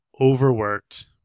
overworked